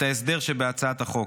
את ההסדר שבהצעת החוק.